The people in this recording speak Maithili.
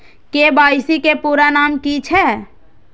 के.वाई.सी के पूरा नाम की छिय?